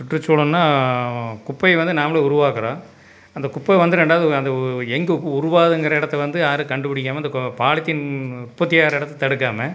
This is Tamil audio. சுற்றுச்சூழல்னால் குப்பையை வந்து நம்மளே உருவாக்குறோம் அந்த குப்பை வந்து ரெண்டாவது அந்த எங்கே உருவாகுதுங்கிற இடத்த வந்து யாரும் கண்டுபிடிக்காம இந்த பாலித்தின் உற்பத்தி ஆகுற இடத்த தடுக்காமல்